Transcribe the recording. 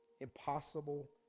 impossible